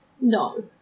No